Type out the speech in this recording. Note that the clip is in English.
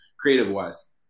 creative-wise